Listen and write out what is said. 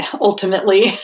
ultimately